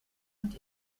und